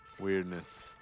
Weirdness